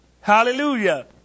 Hallelujah